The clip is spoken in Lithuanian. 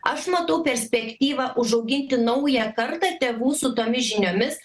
aš matau perspektyvą užauginti naują kartą tėvų su tomis žiniomis